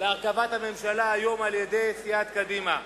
להרכבת הממשלה היום על-ידי סיעת קדימה: